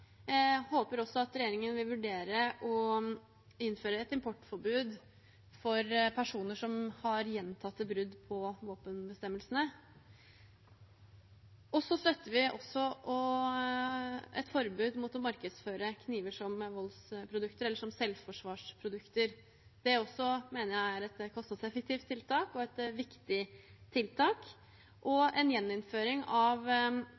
Jeg håper også at regjeringen vil vurdere å innføre et importforbud for personer som har gjentatte brudd på våpenbestemmelsene. Vi støtter også et forbud mot å markedsføre kniver som selvforsvarsprodukter. Det mener jeg også er et kostnadseffektivt og viktig tiltak. En gjeninnføring av